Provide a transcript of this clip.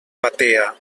batea